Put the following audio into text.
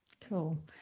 Cool